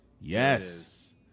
Yes